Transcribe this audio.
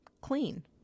clean